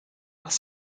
was